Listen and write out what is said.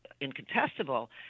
incontestable